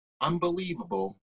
unbelievable